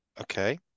Okay